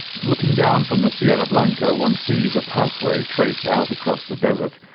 looking down from the sierra blanco, one sees a pathway traced out across the desert,